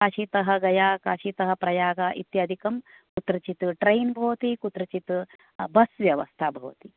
काशीतः गया काशीतः प्रयाग इत्यादिकं कुत्रचित् ट्रैन भवति कुत्रचित् बस् व्यवस्था भवति